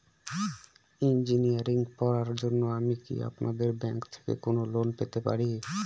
Engineering পড়ার জন্য আমি কি আপনাদের ব্যাঙ্ক থেকে কোন লোন পেতে পারি?